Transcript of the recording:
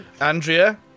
Andrea